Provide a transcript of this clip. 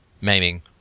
maiming